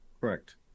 Correct